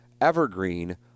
Evergreen